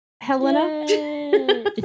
Helena